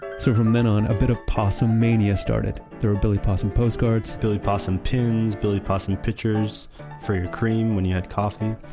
so from then on, a little bit of possum-mania started. there were billy possum postcards billy possum pins, billy possum pitchers for your cream when you had coffee.